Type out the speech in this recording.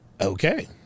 okay